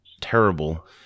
terrible